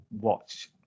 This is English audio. watch